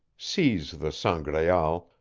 seize the sangraal,